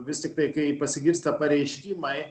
vis tiktai kai pasigirsta pareiškimai